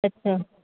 अच्छा